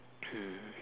mm